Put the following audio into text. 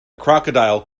crocodile